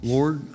Lord